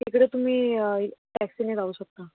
तिकडे तुम्ही टॅक्सीने जाऊ शकता